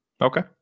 Okay